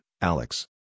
Alex